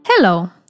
Hello